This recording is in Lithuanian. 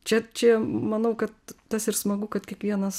čia čia manau kad tas ir smagu kad kiekvienas